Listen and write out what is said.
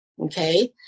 Okay